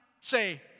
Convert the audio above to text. Say